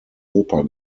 oper